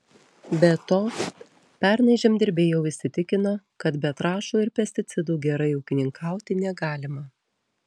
be to pernai žemdirbiai jau įsitikino kad be trąšų ir pesticidų gerai ūkininkauti negalima